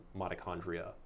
mitochondria